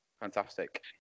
Fantastic